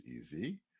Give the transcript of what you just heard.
easy